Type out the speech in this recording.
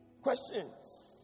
Questions